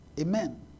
Amen